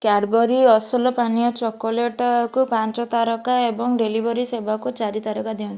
Cadbury ଅସଲ ପାନୀୟ chocolate କୁ ପାଞ୍ଚ ତାରକା ଏବଂ ଡେଲିଭରି ସେବାକୁ ଚାରି ତାରକା ଦିଅନ୍ତୁ